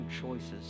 choices